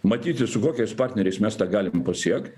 matyti su kokiais partneriais mes tą galim pasiekt